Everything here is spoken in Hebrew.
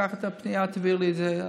קח את הפנייה ותעביר לי את זה.